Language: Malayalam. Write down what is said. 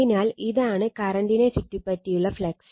അതിനാൽ ഇതാണ് കറന്റിനെ ചുറ്റിപ്പറ്റിയുള്ള ഫ്ലക്സ്